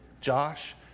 Josh